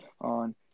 on